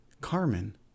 Carmen